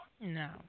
No